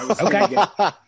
Okay